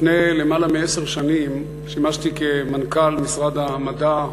לפני יותר מעשר שנים שימשתי כמנכ"ל משרד המדע,